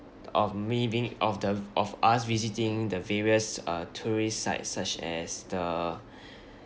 of me being of the of us visiting the various uh tourist sites such as the